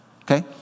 Okay